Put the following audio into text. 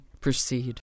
proceed